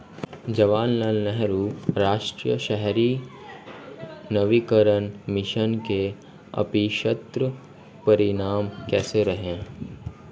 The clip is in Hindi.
जवाहरलाल नेहरू राष्ट्रीय शहरी नवीकरण मिशन के अपेक्षित परिणाम कैसे रहे?